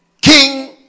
King